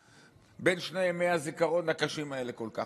בין שני ימי הזיכרון הקשים האלה כל כך,